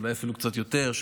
אולי אפילו קצת יותר,